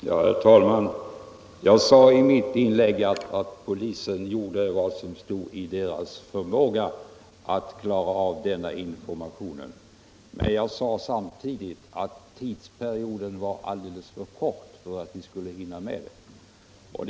Herr talman! Jag sade i mitt inlägg att polisen gjorde vad som stod i dess förmåga för att klara av informationen, men jag sade samtidigt att tidsperioden var alldeles för kort för att man skulle hinna med det.